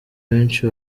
benshi